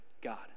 God